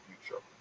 future